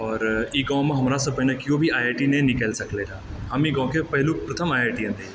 आओर ई गाँवमे हमरासँ पहिले केओ भी आइ आइ टी नहि निकलि सकलै रहऽ हमही गाँवके पहिलुक प्रथम आइआइटीयन रही